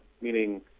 meaning